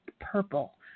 purple